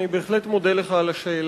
אני בהחלט מודה לך על השאלה,